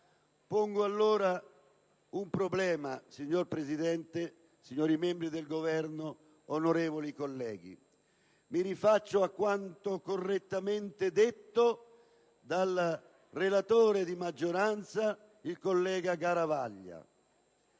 Pongo allora un problema, signor Presidente, signori membri del Governo, onorevoli colleghi. Mi rifaccio a quanto correttamente detto dal relatore di maggioranza, il collega senatore